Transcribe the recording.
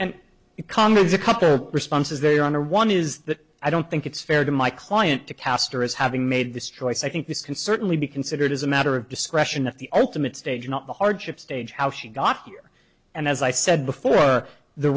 because a couple of responses they honor one is that i don't think it's fair to my client to caster as having made this choice i think this can certainly be considered as a matter of discretion of the ultimate stage not the hardship stage how she got here and as i said before the